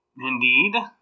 Indeed